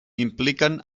impliquen